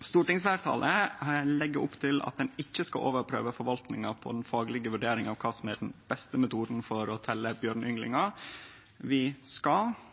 Stortingsfleirtalet legg opp til at ein ikkje skal overprøve forvaltinga på den faglege vurderinga av kva som er den beste metoden for å telje bjørneynglingar. Vi skal